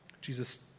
Jesus